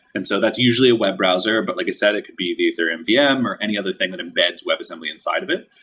and so that's usually web browser. but like i said, it could be the ethereum vm or any other thing that embeds webassembly inside of it.